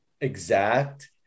exact